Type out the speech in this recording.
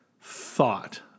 thought